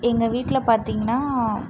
எங்கள் வீட்டில் பார்த்திங்னா